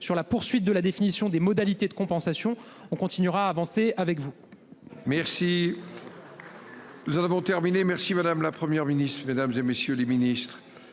sur la poursuite de la définition des modalités de compensation, on continuera à avancer avec vous.